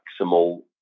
maximal